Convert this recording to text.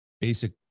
basic